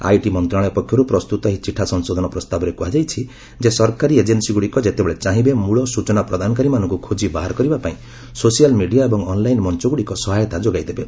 IT ମନ୍ତ୍ରଣାଳୟ ପକ୍ଷରୁ ପ୍ରସ୍ତୁତ ଏହି ଚିଠା ସଂଶୋଧନ ପ୍ରସ୍ତାବରେ କୁହାଯଇଛି ଯେ ସରକାରୀ ଏଜେନ୍ସୀଗୁଡ଼ିକ ଯେତେବେଳେ ଚାହିଁବେ ମୂଳ ସୂଚନା ପ୍ରଦାନକାରୀମାନଙ୍କୁ ଖୋକି ବାହାର କରିବା ପାଇଁ ସୋସିଆଲ୍ ମିଡିଆ ଏବଂ ଅନ୍ଲାଇନ୍ ମଞ୍ଚଗୁଡ଼ିକ ସହାୟତା ଯୋଗାଇ ଦେବେ